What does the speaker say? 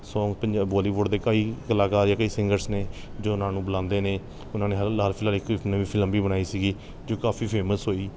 song ਪੰਜਾ Bollywood ਦੇ ਕਈ ਕਲਾਕਾਰ ਜਾਂ ਕਈ ਸਿੰਗਰਸ ਨੇ ਜੋ ਉਹਨਾਂ ਨੂੰ ਬੁਲਾਉਂਦੇ ਨੇ ਉਹਨਾਂ ਨੇ ਇੱਕ ਨਵੀਂ ਫਿਲਮ ਵੀ ਬਣਾਈ ਸੀਗੀ ਜੋ ਕਾਫ਼ੀ ਫੇਮਸ ਹੋਈ